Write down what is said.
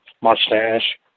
mustache